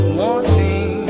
wanting